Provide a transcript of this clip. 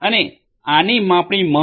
છે અને આની માપણી મહત્વપૂર્ણ છે